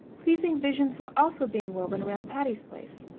pleasing visions were also being woven around patty's place.